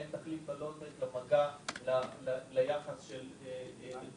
אין תחליף ב- low-tech למגע, ליחס של מטפל.